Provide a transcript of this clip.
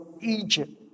Egypt